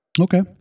Okay